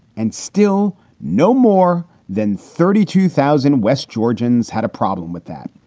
and still no more than thirty two thousand west georgians had a problem with that.